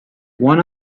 one